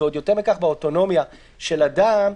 ועוד יותר מכך באוטונומיה של אדם,